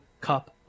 cup